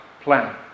plan